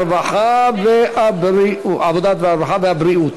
הרווחה והבריאות